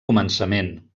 començament